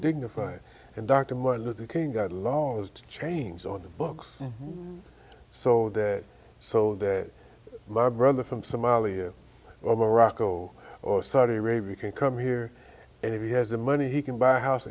dignified and dr martin luther king our laws changed on the books so that so that my brother from somalia or rocco or saudi arabia can come here and he has the money he can buy a house